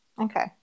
okay